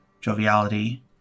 joviality